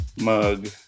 mug